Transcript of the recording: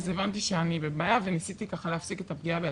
אז הבנתי שאני בבעיה וניסיתי להפסיק את הפגיעה בעצמי.